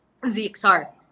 ZXr